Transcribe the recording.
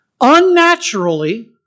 unnaturally